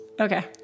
Okay